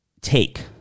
take